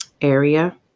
area